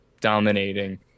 dominating